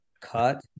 cut